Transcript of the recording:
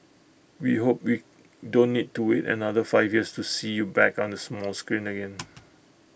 we hope we don't need to wait another five years to see you back on the small screen again